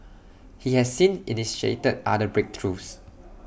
he has since initiated other breakthroughs